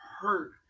hurt